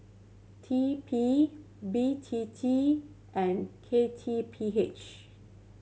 T P B T T and K T P H